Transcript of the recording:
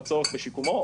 בצורך בשיקומו,